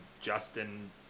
justin